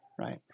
right